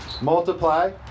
Multiply